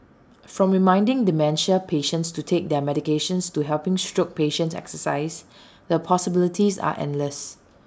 from reminding dementia patients to take their medications to helping stroke patients exercise the possibilities are endless